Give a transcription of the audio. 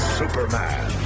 superman